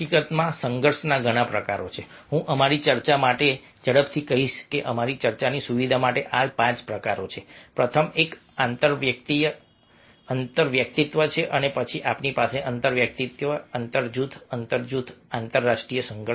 હકીકતમાં સંઘર્ષના ઘણા પ્રકારો છે હું અમારી ચર્ચા માટે ઝડપથી કહીશ અમારી ચર્ચાની સુવિધા માટે આ 5 પ્રકારો છે પ્રથમ એક આંતરવ્યક્તિત્વ છે અને પછી આપણી પાસે આંતરવ્યક્તિત્વ આંતર જૂથ આંતર જૂથ આંતરરાષ્ટ્રીય સંઘર્ષ છે